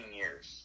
years